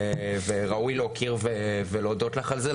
וראוי להוקיר ולהודות לך על זה,